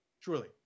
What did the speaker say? truly